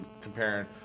comparing